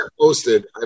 posted